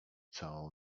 całą